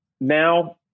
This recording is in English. now